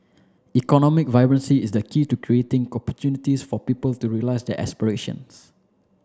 economic vibrancy is key to creating opportunities for people to realise their aspirations